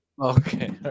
Okay